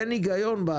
אין היגיון.